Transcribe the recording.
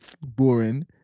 boring